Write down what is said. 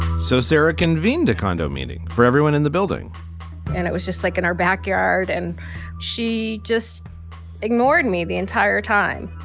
so sarah convened a condo meeting for everyone in the building and it was just like in our backyard and she just ignored me the entire time.